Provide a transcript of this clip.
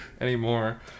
anymore